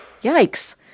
Yikes